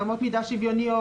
שזה אמות מידה שוויוניות?